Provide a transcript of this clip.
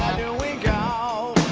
we go?